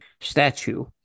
statue